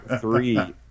three